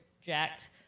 jacked